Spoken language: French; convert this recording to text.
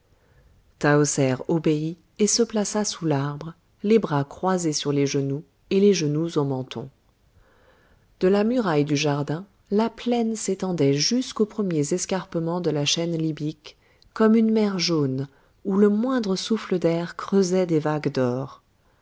obéit et se plaça sous l'arbre les bras croisés sur les genoux et les genoux au menton de la muraille du jardin la plaine s'étendait jusqu'aux premiers escarpements de la chaîne libyque comme une mer jaune où le moindre souffle d'air creusait des vagues d'or